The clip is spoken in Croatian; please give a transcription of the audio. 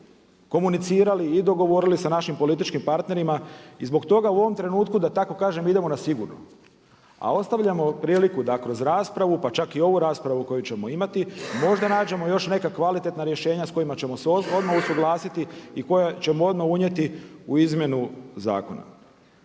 komunicirali i dogovorili sa naših političkim partnerima i zbog toga u ovom trenutku, da tako kažem, idemo na sigurno. A ostavljamo priliku da kroz raspravu pa čak i ovu raspravu koju ćemo imati možda nađemo još neka kvalitetna rješenja s kojima ćemo se odmah usuglasiti i koja ćemo odmah unijeti u izmjenu zakona.